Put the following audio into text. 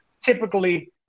typically